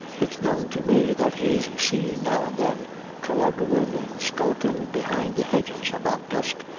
it's known to me that he's seen now and then colloguin' an' skulkin' behind the hedges, about dusk,